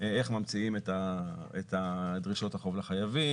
איך ממציאים את דרישות החוב לחייבים,